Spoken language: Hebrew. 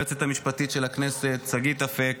ליועצת המשפטית של הכנסת שגית אפק,